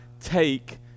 take